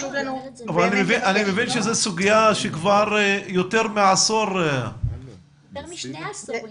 אני מבין שזו סוגיה שיותר מעשור --- יותר משני עשורים.